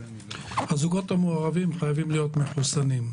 הזוגות המעורבים חייבים להיות מחוסנים,